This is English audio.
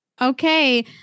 Okay